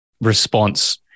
response